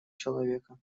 человека